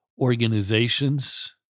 organizations